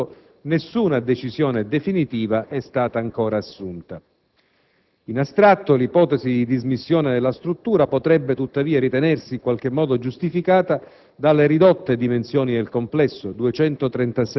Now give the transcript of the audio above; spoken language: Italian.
Preciso però che al momento per tale istituto nessuna decisione definitiva è stata ancora assunta. In astratto, l'ipotesi di dismissione della struttura potrebbe tuttavia ritenersi in qualche modo giustificata